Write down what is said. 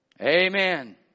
Amen